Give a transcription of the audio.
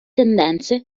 tendenze